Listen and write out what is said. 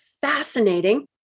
fascinating